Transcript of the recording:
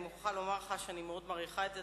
אני רוצה לומר לך שאני מאוד מעריכה את זה,